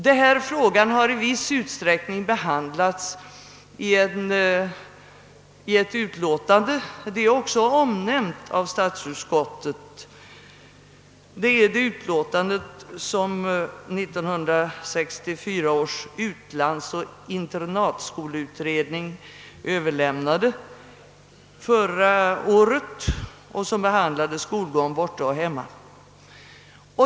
Denna fråga har i viss utsträckning tagits upp i ett betänkande — vilket också omnämnts av statsutskottet — som 1964 års utlandsoch internatskoleutredning överlämnade förra året och som behandlade skolgång borta och hemma.